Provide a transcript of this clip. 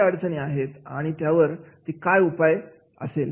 कोणत्या अडचणी आहेत आणि त्यावर ती काय उपाय असेल